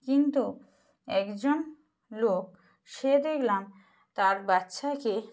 কিন্তু একজন লোক সে দেখলাম তার বাচ্চাকে